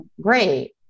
great